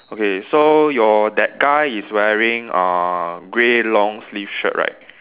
okay so your that guy is wearing uh grey long sleeve shirt right